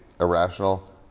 irrational